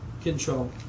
control